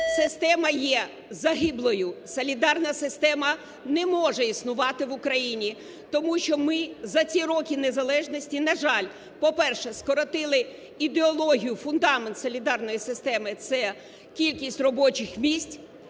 система є загиблою, солідарна система не може існувати в Україні, тому що ми за ці роки незалежності, на жаль, по-перше, скоротили ідеологію, фундамент солідарної системи, це кількість робочих місць.